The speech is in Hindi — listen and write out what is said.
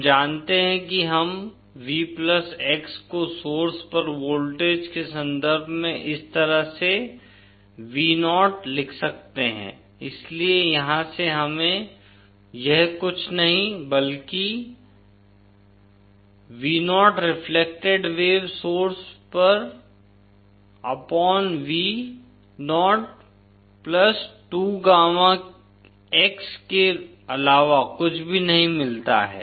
हम जानते हैं कि हम V x को सोर्स पर वोल्टेज के संदर्भ में इस तरह से Vo लिख सकते हैं इसलिए यहाँ से हमें यह कुछ नहीं बल्कि Vo रिफ्लेक्टेड वेव सोर्स पर अपॉन Vo 2gama x के अलावा कुछ भी नहीं मिलता है